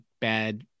bad